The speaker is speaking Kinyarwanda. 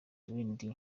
dwight